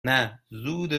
نه، زود